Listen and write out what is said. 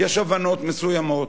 יש הבנות מסוימות.